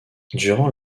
durant